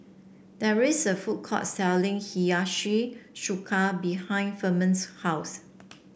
there's a food court selling Hiyashi Chuka behind Firman's house